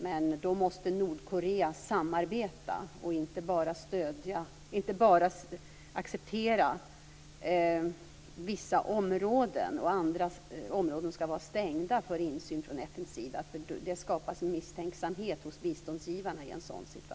Men då måste Nordkorea samarbeta och inte bara acceptera hjälp i vissa områden och stänga andra områden för insyn från FN:s sida. I en sådan situation skapas det en misstänksamhet hos biståndsgivarna.